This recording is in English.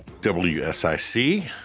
WSIC